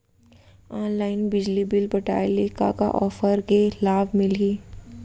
Online बिजली bill पटाय ले का का ऑफ़र के लाभ मिलही?